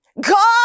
God